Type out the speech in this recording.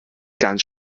ganz